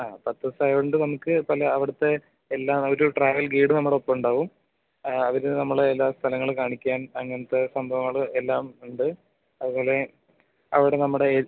ആ പത്ത് ദിവസമായതു കൊണ്ട് നമുക്ക് പല അവിടുത്തെ എല്ലാ ഒരു ട്രാവൽ ഗൈഡ് നമ്മടെ ഒപ്പം ഉണ്ടാവും അവർ നമ്മളെ എല്ലാ സ്ഥലങ്ങളും കാണിക്കാൻ അങ്ങനത്തെ സംഭവങ്ങൾ എല്ലാ ഉണ്ട് അതുപോലെ അവിടെ നമ്മടെ